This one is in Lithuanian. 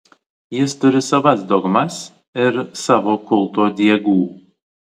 jis turi savas dogmas ir savo kulto diegų